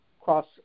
cross